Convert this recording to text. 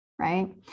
Right